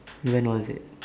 when was it